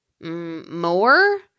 More